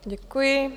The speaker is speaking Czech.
Děkuji.